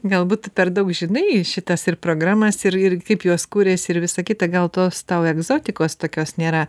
galbūt tu per daug žinai šitas ir programas ir ir kaip jos kuriasi ir visa kita gal tos tau egzotikos tokios nėra